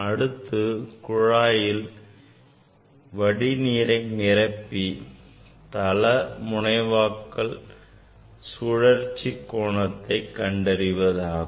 அடுத்தது குழாயில் வடிநீர் நிரப்பி தள முனைவாக்கல் சுழற்சி கோணத்தை கண்டறிவது ஆகும்